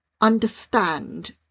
understand